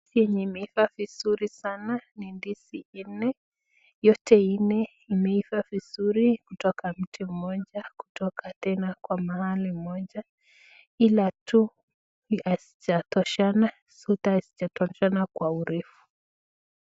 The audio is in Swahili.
Hii yenye imeiva vizuri sana ni ndizi nne, yote nne imeiva vizuri kutoka mti mmoja kutoka tena kwa mahali moja, ila tu hazijatoshana zote hazijatoshana kwa urefu.